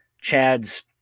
Chad's